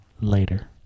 Later